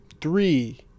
three